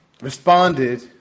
responded